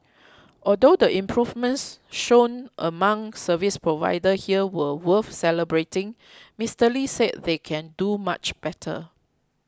although the improvements shown among service providers here were worth celebrating Mister Lee said they can do much better